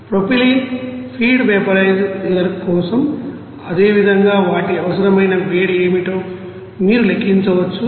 propylene feed vaporiser కోసం అదేవిధంగా వాటికి అవసరమైన వేడి ఏమిటో మీరు లెక్కించవచ్చు